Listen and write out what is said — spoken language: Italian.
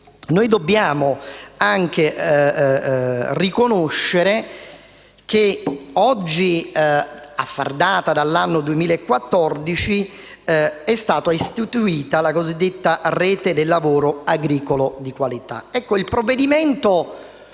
dobbiamo anche riconoscere che oggi, a far data dall'anno 2014, è stata istituita la cosiddetta Rete del lavoro agricolo di qualità.